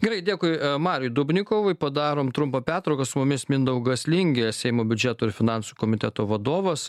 gerai dėkui mariui dubnikovui padarom trumpą pertrauką su mumis mindaugas lingė seimo biudžeto ir finansų komiteto vadovas